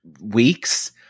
weeks